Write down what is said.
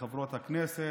הכנסת,